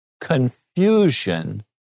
confusion